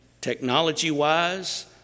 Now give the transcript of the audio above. Technology-wise